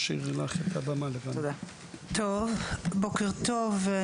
בוקר טוב.